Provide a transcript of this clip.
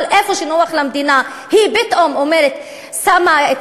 אבל איפה שנוח למדינה היא פתאום שמה את